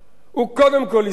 הוא קודם כול הסביר,